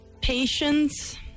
Patience